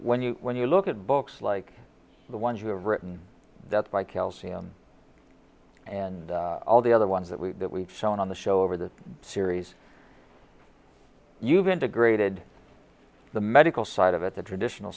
when you when you look at books like the ones you have written that's my calcium and all the other ones that we that we sell on the show over the series you've integrated the medical side of it the traditional